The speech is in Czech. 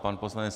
Pan poslanec